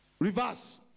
Reverse